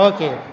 Okay